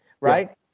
Right